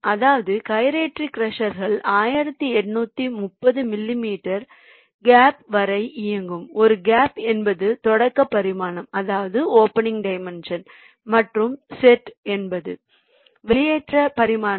அதாவது கைரேட்டரி க்ரஷர்கள் 1830 millimetre gap வரை இருக்கும் ஒரு கேப் என்பது தொடக்க பரிமாணம் மற்றும் செட் என்பது வெளியேற்ற பரிமாணம்